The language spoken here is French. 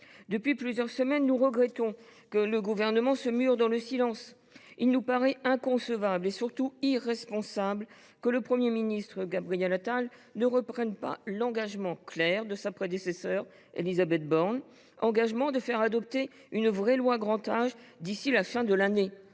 Depuis plusieurs semaines, nous regrettons que le Gouvernement se mure dans le silence. Il nous paraît inconcevable et surtout irresponsable que le Premier ministre Gabriel Attal ne reprenne pas l’engagement clair de sa prédécesseure, Mme Élisabeth Borne, qui s’était engagée à faire adopter une vraie loi Grand Âge d’ici à la fin de l’année